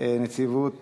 נציבות